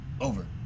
Over